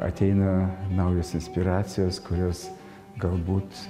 ateina naujos inspiracijos kurios galbūt